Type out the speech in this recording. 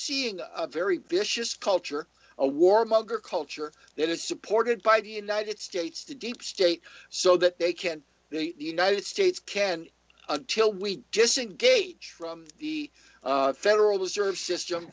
seeing a very vicious culture a war monger culture that is supported by the united states to deep state so that they can the united states can until we disengage from the federal reserve system